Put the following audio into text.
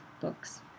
books